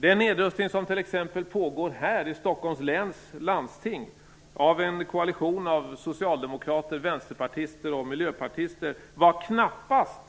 Den nedrustning som t.ex. pågår här i Stockholms läns landsting av en koalition av socialdemokrater, vänsterpartister och miljöpartister var knappast